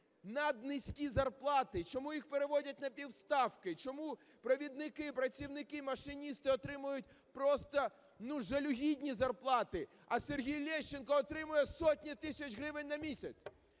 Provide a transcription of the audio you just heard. наднизькі зарплати, чому їх переводять на півставки, чому провідники, працівники і машиністи отримують просто жалюгідні зарплати, а Сергій Лещенко отримує сотні тисяч гривень на місяць?